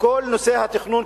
שכל נושא התכנון,